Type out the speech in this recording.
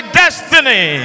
destiny